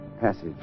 Passage